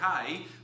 okay